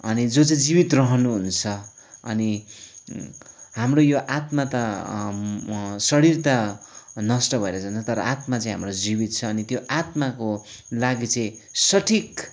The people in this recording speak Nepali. अनि जो चाहिँ जिवित रहनु हुन्छ अनि हाम्रो यो आत्मा त शरीर त नष्ट भएर जान्छ तर आत्मा चाहिँ हाम्रो जिवित छ अनि त्यो आत्माको लागि चैं सठिक